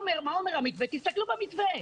תסתכלו על המתווה.